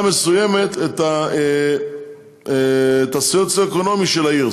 מסוימת את הדירוג הסוציו-אקונומי של העיר.